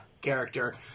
character